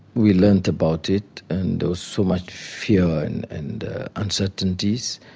we learnt about it and there was so much fear and and uncertainties,